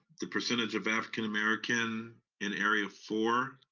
the percentage of african american in area four?